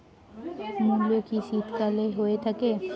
মূলো কি শীতকালে হয়ে থাকে?